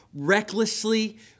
recklessly